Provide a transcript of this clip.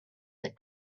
that